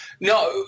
No